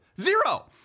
Zero